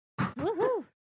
Woohoo